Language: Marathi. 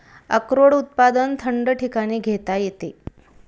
अक्रोड उत्पादन थंड ठिकाणी घेता येते